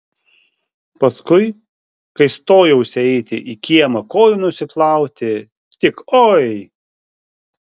paskui kai stojausi eiti į kiemą kojų nusiplauti tik oi